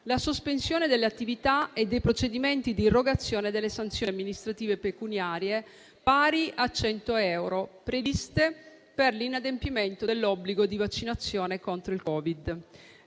la sospensione delle attività e dei procedimenti di erogazione delle sanzioni amministrative pecuniarie pari a 100 euro, previste per l'inadempimento dell'obbligo di vaccinazione contro il Covid.